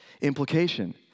Implication